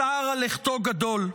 הצער על לכתו גדול.